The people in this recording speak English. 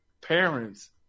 parents